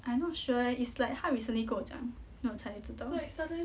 I not sure eh it's like 他 recently 跟我讲 then 我才知道